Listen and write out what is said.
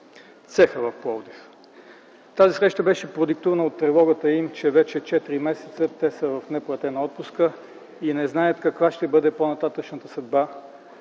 цеха в Пловдив. Тази среща беше продиктувана от тревогата им, че вече четири месеца те са в неплатен отпуск и не знаят каква ще бъде по-нататъшната съдба